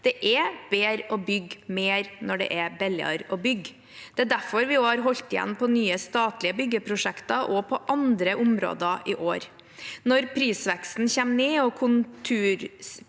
Det er bedre å bygge mer når det er billigere å bygge. Det er derfor vi har holdt igjen på nye statlige byggeprosjekter og på andre områder i år. Når prisveksten kommer ned og